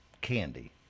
candy